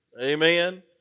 Amen